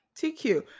TQ